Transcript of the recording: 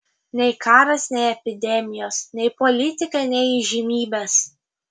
nei karas nei epidemijos nei politika nei įžymybės